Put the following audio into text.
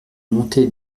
montée